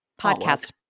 podcast